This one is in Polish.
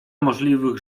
możliwych